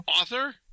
author